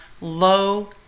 low